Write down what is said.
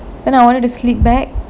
then I wanted to sleep back